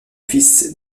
fils